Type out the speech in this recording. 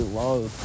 love